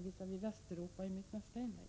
visavi Västeuropa i mitt nästa inlägg.